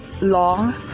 long